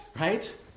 right